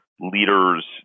leaders